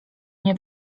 mnie